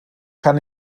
kann